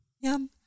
Yum